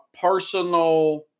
personal